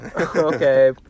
Okay